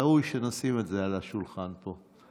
ראוי שנשים את זה על השולחן פה,